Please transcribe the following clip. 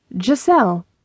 Giselle